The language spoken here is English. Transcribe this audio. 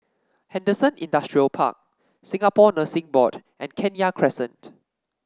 Henderson Industrial Park Singapore Nursing Board and Kenya Crescent